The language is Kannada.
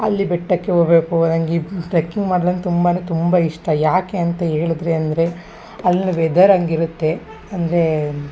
ಅಲ್ಲಿ ಬೆಟ್ಟಕ್ಕೆ ಹೋಗ್ಬೇಕು ನಂಗೆ ಈ ಟ್ರೆಕ್ಕಿಂಗ್ ಮಾಡ್ಲನ್ ತುಂಬ ತುಂಬ ಇಷ್ಟ ಯಾಕೆ ಅಂತ ಹೇಳದ್ರೆ ಅಂದರೆ ಅಲ್ಲಿ ವೆದರ್ ಹಂಗಿರುತ್ತೆ ಅಂದರೆ